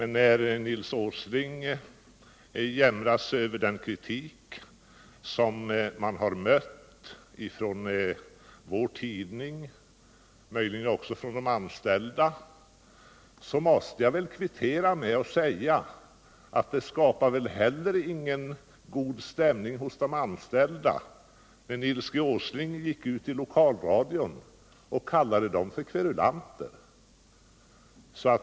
När Nils Åsling jämrar sig över den kritik som han har mött från vår tidning — möjligen också från de anställda — måste jag kvittera med att säga att det väl inte heller skapar någon god stämning hos de anställda när Nils G. Åsling går ut i lokalradion och kallar dem kverulanter.